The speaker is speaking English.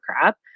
crap